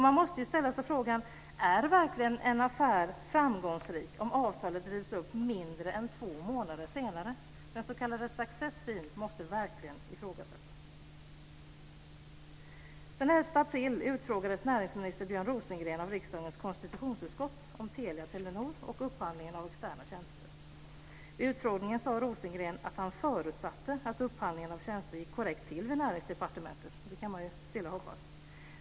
Man måste ställa sig frågan: Är verkligen en affär framgångsrik om avtalet rivs upp mindre än två månader senare? S.k. success feel måste verkligen ifrågasättas. Telenor och upphandlingen av externa tjänster. Vid utfrågningen sade Rosengren att han förutsatte att upphandlingen av tjänster gick korrekt till vid Näringsdepartementet. Det kan man stilla hoppas.